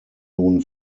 nun